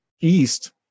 east